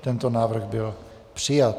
Tento návrh byl přijat.